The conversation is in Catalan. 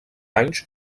anys